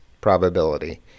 probability